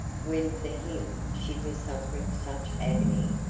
when for him she was suffering such agony?